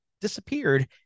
disappeared